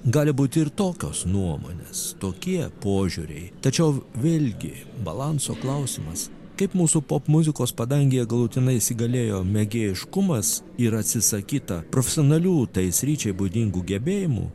gali būti ir tokios nuomonės tokie požiūriai tačiau vėlgi balanso klausimas kaip mūsų popmuzikos padangėje galutinai įsigalėjo mėgėjiškumas ir atsisakyta profesionalių tai sričiai būdingų gebėjimų